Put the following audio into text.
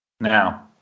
now